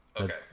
Okay